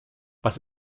was